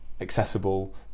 accessible